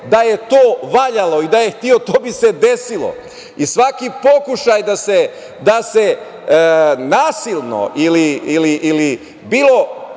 Da to valjalo i da je hteo, to bi se desilo. Svaki pokušaj da se nasilno ili bilo